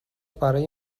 برای